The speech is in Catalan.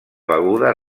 beguda